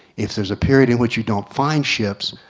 if there's a period in which you don't find ships,